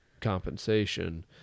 compensation